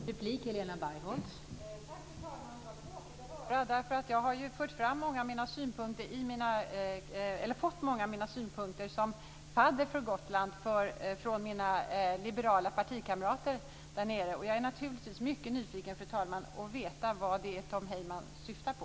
Fru talman! Det var tråkigt att höra. Jag har fått många av mina synpunkter som fadder för Gotland från mina liberala partikamrater därnere. Jag är naturligtvis mycket nyfiken, fru talman, på vad det är Tom Heyman syftar på.